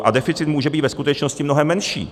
A deficit může být ve skutečnosti mnohem menší.